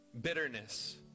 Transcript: Bitterness